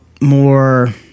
more